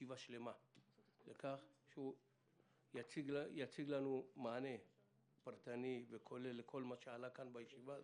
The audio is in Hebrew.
לכך שיציג לנו מענה פרטני וכולל לכל מה שעלה כאן בישיבה זו.